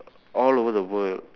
all over the world